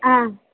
हा